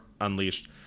unleashed